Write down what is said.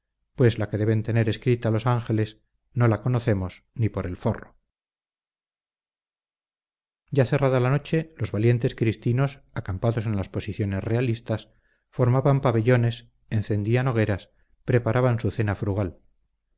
pues la que deben tener escrita los ángeles no la conocemos ni por el forro ya cerrada la noche los valientes cristinos acampados en las posiciones realistas formaban pabellones encendían hogueras preparaban su cena frugal